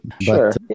Sure